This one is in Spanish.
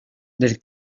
del